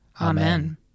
Amen